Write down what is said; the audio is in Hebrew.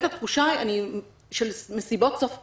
התחושה היא של מסיבות סוף קורונה.